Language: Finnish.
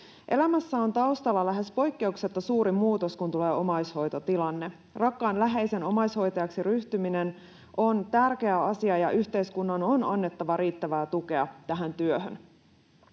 Elämässä on taustalla lähes poikkeuksetta suuri muutos, kun tulee omaishoitotilanne. Rakkaan läheisen omaishoitajaksi ryhtyminen on tärkeä asia, ja yhteiskunnan on annettava riittävää tukea tähän työhön.